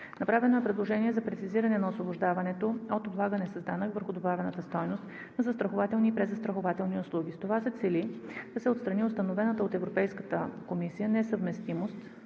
Направено е предложение за прецизиране на освобождаването от облагане с данък върху добавената стойност на застрахователни и презастрахователни услуги. С това се цели да се отстрани, установената от Европейската комисия, несъвместимост